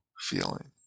feeling